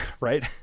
Right